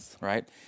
right